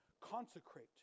Consecrate